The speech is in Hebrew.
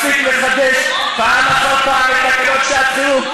הגיע הזמן שנפסיק לחדש פעם אחר פעם את תקנות שעת חירום.